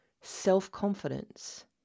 self-confidence